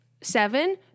seven